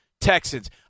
Texans